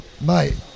mate